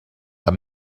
amb